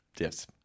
Yes